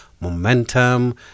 momentum